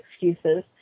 excuses